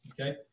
Okay